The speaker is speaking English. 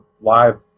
live